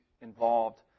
involved